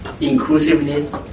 inclusiveness